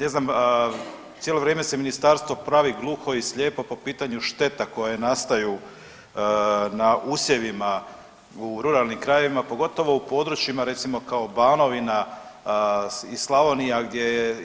Ne znam, cijelo vrijeme se ministarstvo pravi gluho i slijepo po pitanju šteta koje nastaju na usjevima u ruralnim krajevima, pogotovo u područjima recimo kao Banovina i Slavonija gdje